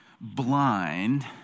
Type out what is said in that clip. blind